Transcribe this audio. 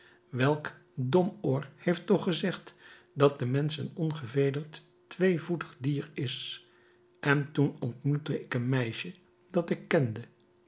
welk domoor heeft toch gezegd dat de mensch een ongevederd tweevoetig dier is en toen ontmoette ik een meisje dat ik kende